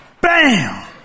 Bam